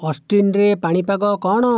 ଅଷ୍ଟିନରେ ପାଣିପାଗ କ'ଣ